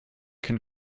can